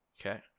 okay